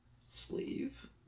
sleeve